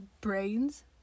brains